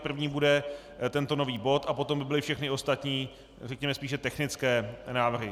První bude tento nový bod a potom by byly všechny ostatní, řekněme, spíše technické návrhy.